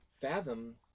fathom